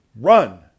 Run